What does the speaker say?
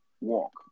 walk